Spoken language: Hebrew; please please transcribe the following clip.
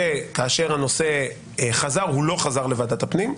וכאשר הנושא חזר הוא לא חזר לוועדת הפנים.